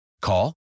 Call